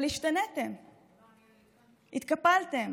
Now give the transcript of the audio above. אבל השתניתם, התקפלתם,